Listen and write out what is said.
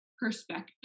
perspective